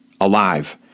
alive